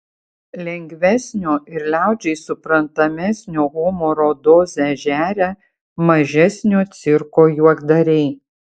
lengvesnio ir liaudžiai suprantamesnio humoro dozę žeria mažesnio cirko juokdariai